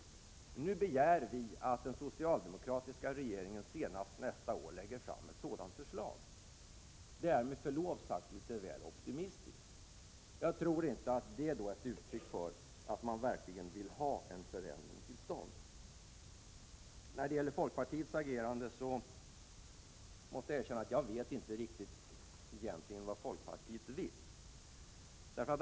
Nu begär vi att den socialdemokratiska regeringen senast nästa år lägger fram ett sådant förslag.” Det är med förlov sagt väl optimistiskt. Jag tror inte att det är ett uttryck för att man verkligen vill ha en förändring till stånd. När det gäller folkpartiets agerande måste jag erkänna att jag inte riktigt vet vad folkpartiet egentligen vill.